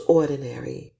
ordinary